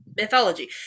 mythology